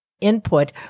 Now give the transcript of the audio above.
input